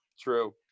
true